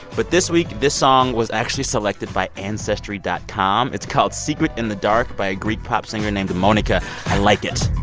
but this week, this song was actually selected by ancestry dot com. it's called secret in the dark by a greek pop singer named monika. i like it